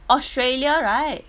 australia right